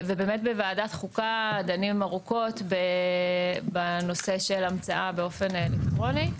בוועדת החוקה דנים ארוכות בנושא של המצאה באופן אלקטרוני.